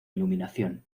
iluminación